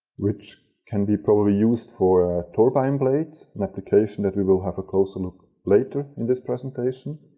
which can be probably used for turbine blades, an application that we will have a closer look at later in this presentation.